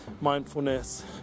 mindfulness